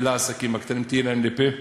לעסקים הקטנים, תהיה להם לפה.